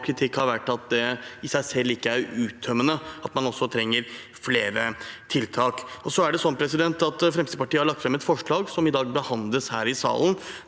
kritikk har vært at det i seg selv ikke er uttømmende, at man også trenger flere tiltak. Så har Fremskrittspartiet lagt fram et forslag som i dag behandles her i salen.